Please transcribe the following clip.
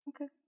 Okay